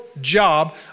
job